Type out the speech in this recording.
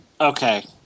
Okay